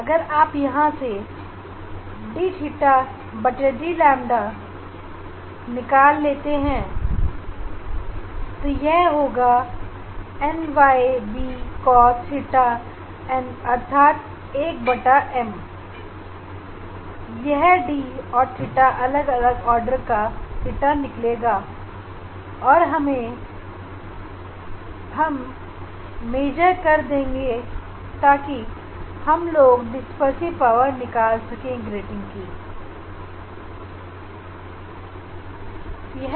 अगर आप यहां से dθdƛ निकाल लेते हैं तो यह होगा nd cosθ यहां पर n तो आर्डर है और d ग्रेटिंग एलिमेंट है जो कि 1m के बराबर है और अलग अलग आर्डर का थीटा निकलेगा और यह थीटा प्राप्त करके हम अलग अलग ऑर्डर के लिए उस ग्रेटिंग का डिस्पर्सिव पावर निकाल लेंगे